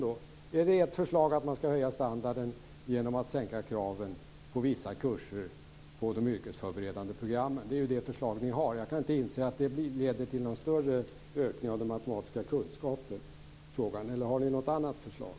Det förslag ni har lagt fram är att höja standarden genom att sänka kraven på vissa kurser på de yrkesförberedande programmen. Jag kan inte se att det leder till någon större ökning av de matematiska kunskaperna. Har ni något annat förslag?